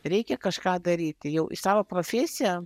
reikia kažką daryti jau į savo profesiją